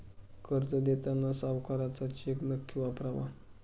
कर्ज देताना सावकाराचा चेक नक्की वापरावा